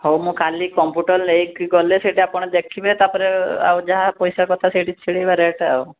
ହଉ ମୁଁ କାଲି କମ୍ପ୍ୟୁଟର୍ ନେଇକି ଗଲେ ସେଇଠି ଆପଣ ଦେଖିବେ ତା'ପରେ ଆଉ ଯାହା ପଇସା କଥା ସେଇଠି ଛିଡ଼ାଇବା ରେଟ୍ ଆଉ